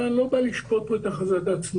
אבל אני לא בא לשפוט פה את הכרזת העצמאות.